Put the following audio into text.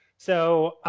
so,